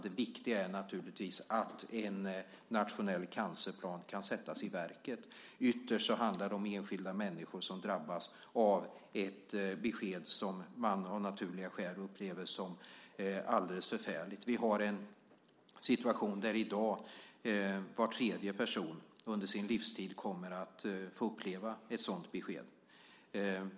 Det viktiga är naturligtvis att en nationell cancerplan kan sättas i verket. Ytterst handlar det om enskilda människor som drabbas av ett besked som de av naturliga skäl upplever som alldeles förfärligt. Vi har en situation i dag där var tredje person under sin livstid kommer att få uppleva ett sådant besked.